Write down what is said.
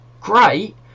great